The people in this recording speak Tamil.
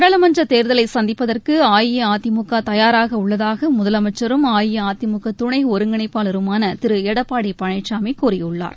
நாடாளுமன்றதேர்தலைசந்திப்பதற்குஅஇஅதிமுகதயாராகஉள்ளதாகமுதலமைச்சரும் அஇஅதிமுகதுணைஒருங்கிணைப்பாளருமானதிருடப்பாடிபழனிசாமிகூறியுள்ளார்